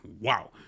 wow